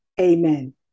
Amen